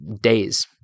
days